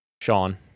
Sean